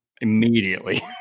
immediately